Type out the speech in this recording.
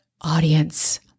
audience